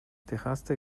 dejaste